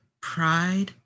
pride